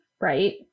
right